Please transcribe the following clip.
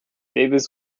davis